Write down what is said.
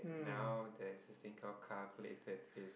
now there's this thing called calculated risk